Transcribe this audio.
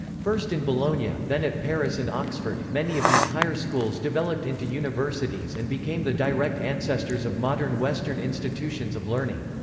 first in bologna, ah then at paris and oxford, many of these higher schools developed into universities and became the direct ancestors of modern western institutions of learning.